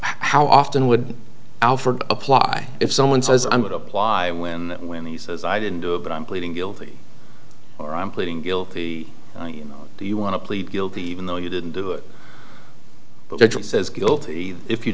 how often would apply if someone says i'm going to apply and when when the says i didn't do it but i'm pleading guilty or i'm pleading guilty do you want to plead guilty even though you didn't do it but it says guilty if you